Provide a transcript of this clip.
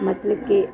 ਮਤਲਬ ਕਿ